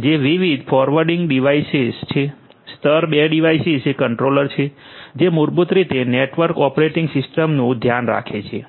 જે વિવિધ forwarding devices છે સ્તર 2 ડિવાઇસ એ કંટ્રોલર છે જે મૂળભૂત રીતે નેટવર્ક ઓપરેટિંગ સિસ્ટમનું ધ્યાન રાખે છે